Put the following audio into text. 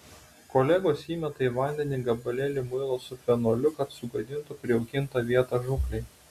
kolegos įmeta į vandenį gabalėlį muilo su fenoliu kad sugadintų prijaukintą vietą žūklei